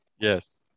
Yes